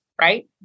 right